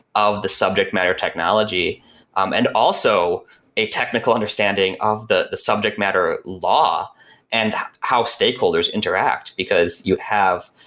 of the subject matter technology um and also a technical understanding of the the subject matter law and how stakeholders interact, because you have